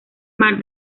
mar